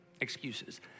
excuses